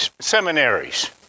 seminaries